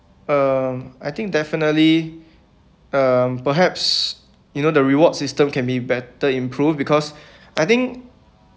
um I think definitely um perhaps you know the reward system can be better improved because I think